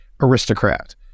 aristocrat